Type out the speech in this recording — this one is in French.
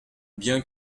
bien